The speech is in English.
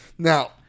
Now